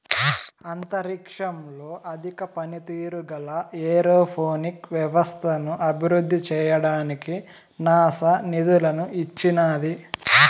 అంతరిక్షంలో అధిక పనితీరు గల ఏరోపోనిక్ వ్యవస్థను అభివృద్ధి చేయడానికి నాసా నిధులను ఇచ్చినాది